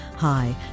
Hi